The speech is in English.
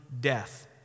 death